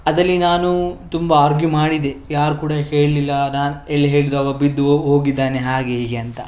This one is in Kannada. ಅದರಲ್ಲಿ ನಾನು ತುಂಬ ಆರ್ಗ್ಯೂ ಮಾಡಿದೆ ಯಾರು ಕೂಡ ಹೇಳಿಲ್ಲ ನಾನು ಎಲ್ಲ ಹೇಳುದು ಅವ ಬಿದ್ದು ಓ ಹೋಗಿದ್ದಾನೆ ಹಾಗೆ ಹೀಗೆ ಅಂತ